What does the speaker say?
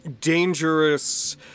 dangerous